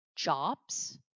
jobs